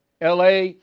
LA